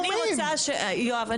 יואב,